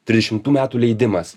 trisdešimtų metų leidimas